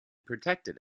protected